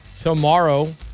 tomorrow